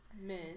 men